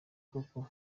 koko